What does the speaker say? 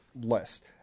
list